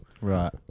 Right